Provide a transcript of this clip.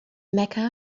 mecca